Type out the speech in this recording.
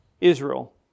Israel